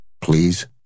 please